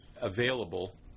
available